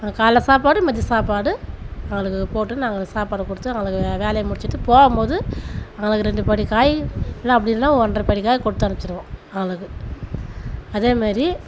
காலைல சாப்பாடு மதிய சாப்பாடு அவங்களுக்கு போட்டு நாங்கள் சாப்பாடு கொடுத்து எங்களுக்கு வேலை முடிச்சிட்டு போகும் போது அவங்களுக்கு ரெண்டு படி காய் இல்லை அப்படி இல்லைனா ஒன்றப்படி காய் கொடுத்து அனுப்பிச்சுடுவோம் ஆளுக்கு அதேமாதிரி